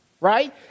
Right